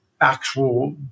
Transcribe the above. actual